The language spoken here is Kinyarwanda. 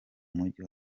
umujyi